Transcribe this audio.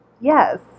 Yes